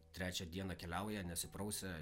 trečią dieną keliauja nesiprausę